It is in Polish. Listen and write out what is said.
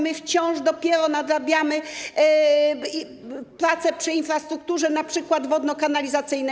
My dopiero nadrabiamy prace przy infrastrukturze np. wodno-kanalizacyjnej.